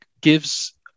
gives